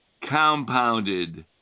compounded